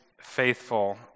faithful